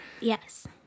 Yes